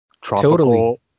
tropical